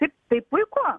taip tai puiku